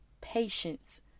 patience